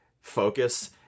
Focus